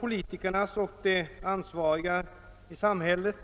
Politikerna och de ansvariga i samhället